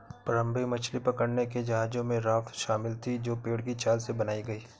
प्रारंभिक मछली पकड़ने के जहाजों में राफ्ट शामिल थीं जो पेड़ की छाल से बनाई गई